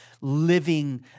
living